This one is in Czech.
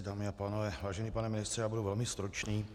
Dámy a pánové, vážený pane ministře, já budu velmi stručný.